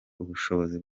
ubushobozi